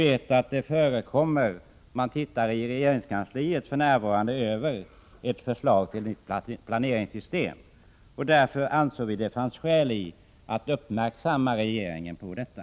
Eftersom det i regeringskansliet för närvarande pågår en översyn av ett förslag till nytt planeringssystem ansåg vi i utskottet att det fanns skäl att uppmärksamma regeringen på detta.